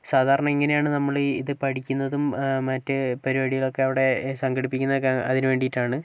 സാധാരണ ഇങ്ങനെയാണ് നമ്മൾ ഈ ഇത് പഠിക്കുന്നതും മറ്റേ പരിപാടികളൊക്കെ അവിടെ സംഘടിപ്പിക്കുന്നതൊക്കെ അതിനു വേണ്ടിയിട്ടാണ്